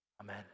Amen